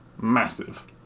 massive